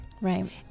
Right